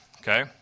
Okay